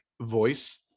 voice